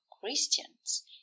christians